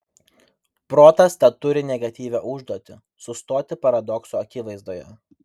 protas tad turi negatyvią užduotį sustoti paradokso akivaizdoje